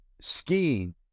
skiing